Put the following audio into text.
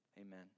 amen